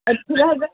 ଏଠି ରହିବେ